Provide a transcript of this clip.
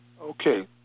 Okay